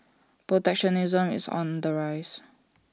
protectionism is on the rise